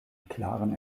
klaren